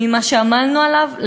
ממה שעמלנו עליו,